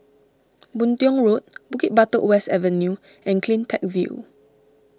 Boon Tiong Road Bukit Batok West Avenue and CleanTech View